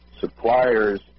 suppliers